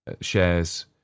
shares